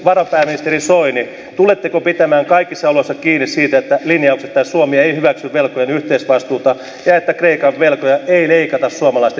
varapääministeri soini tuletteko pitämään kaikissa oloissa kiinni siitä linjauksesta että suomi ei hyväksy velkojen yhteisvastuuta ja että kreikan velkoja ei leikata suomalaisten kustannuksella